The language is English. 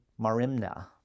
marimna